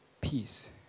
Peace